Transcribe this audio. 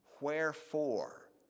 wherefore